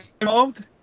involved